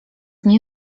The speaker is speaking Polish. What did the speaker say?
nie